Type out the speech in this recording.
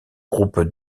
groupe